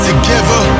Together